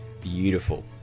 Beautiful